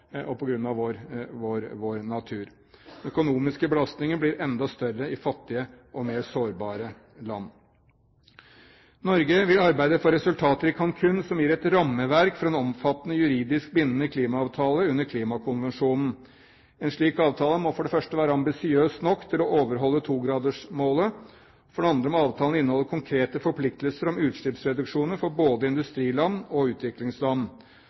og vår natur. Økonomiske belastninger blir enda større i fattige og mer sårbare land. Norge vil arbeide for resultater i Cancún, som gir et rammeverk for en omfattende juridisk bindende klimaavtale under Klimakonvensjonen. En slik avtale må for det første være ambisiøs nok til å overholde togradersmålet. For det andre må avtalen inneholde konkrete forpliktelser om utslippsreduksjoner for både industriland og utviklingsland.